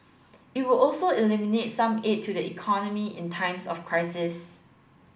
it would also eliminate some aid to the economy in times of crisis